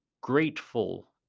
Grateful